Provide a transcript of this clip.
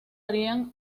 harían